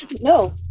No